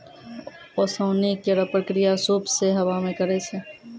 ओसौनी केरो प्रक्रिया सूप सें हवा मे करै छै